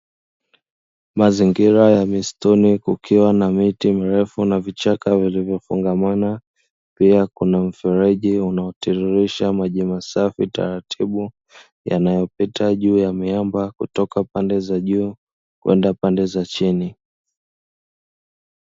Mazingira ya misituni kukiwa na miti mrefu na vichaka vilivyofungamana, pia kuna mfereji unaotiririsha maji masafi taratibu, yanayopita juu ya miamba kutoka pande za juu kwenda pande za chini.